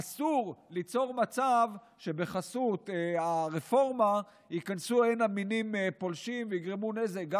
אסור ליצור מצב שבחסות הרפורמה ייכנסו הנה מינים פולשים ויגרמו נזק,